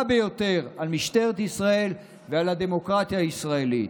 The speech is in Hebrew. ביותר על משטרת ישראל ועל הדמוקרטיה הישראלית.